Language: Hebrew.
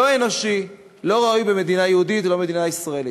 לא אנושי, לא ראוי במדינה יהודית ובמדינה ישראלית.